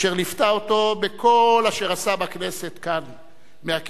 אשר ליוותה אותו בכל אשר עשה בכנסת, כאן מהכיסא,